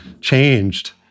changed